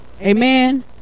amen